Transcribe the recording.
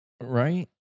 Right